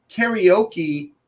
karaoke